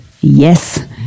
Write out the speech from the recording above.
Yes